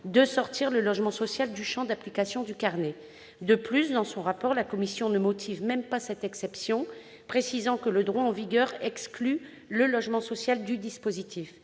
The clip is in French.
de sortir le logement social du champ d'application du carnet. De plus, dans son rapport, elle ne motive même pas cette exception, précisant que le droit en vigueur exclut le logement social du dispositif,